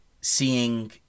seeing